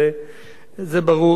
זה ברור, זה לא נושא הדיון.